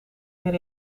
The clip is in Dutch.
meer